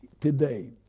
today